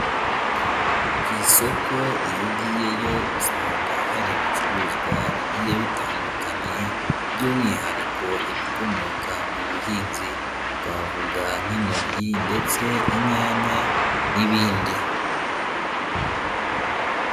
Ku isoko iyo ugiyeyo usanga hari ibicuruzwa bigiye bitandukanye, by'umwihariko ibikomoka mu buhinzi, twavuga nk'intoryi ndetse inyanya n'ibindi.